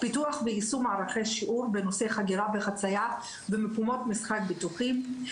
פיתוח ויישום מערכי שיעור בנושא חגירה וחצייה ומקומות משחק בטוחים,